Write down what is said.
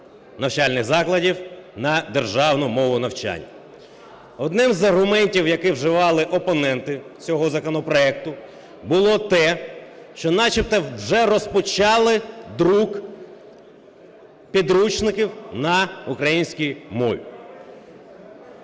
навчальних закладів на державну мову навчання. Одним з аргументів, який вживали опоненти цього законопроекту було те, що начебто вже розпочали друк підручників на українській мові.